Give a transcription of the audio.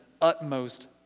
utmost